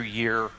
year